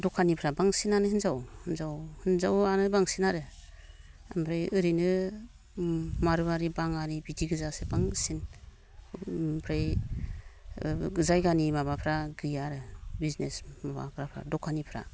दखानिफ्रा बांसिनानो हिनजाव हिनजाव आनो बांसिन आरो ओमफ्राय ओरैनो मारुवारि बाङालि बिदिगोजासो बांसिन ओमफ्राय जायगानि माबाफ्रा गैयाआरो बिजनेस माबाग्रा दखानिफ्रा